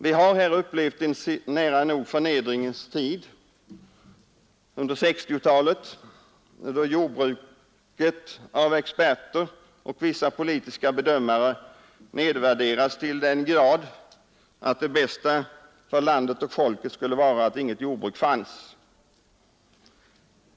Vi har under 1960-talet upplevt en nära nog förnedringens tid, då jordbruket av experter och vissa politiska bedömare nedvärderats till den grad att det bästa för landet och folket vore att inget jordbruk fanns.